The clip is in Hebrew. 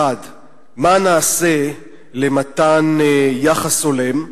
1. מה נעשה למתן יחס הולם?